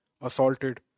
assaulted